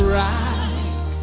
right